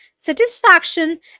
satisfaction